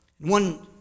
One